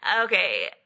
Okay